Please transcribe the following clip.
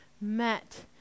met